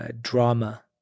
Drama